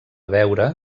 veure